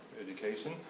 Education